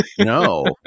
no